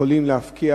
יכולים להפקיע